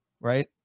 right